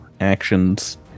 actions